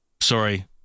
Sorry